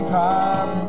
time